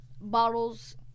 bottles